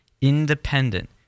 independent